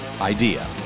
idea